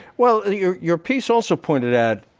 well your your piece also pointed out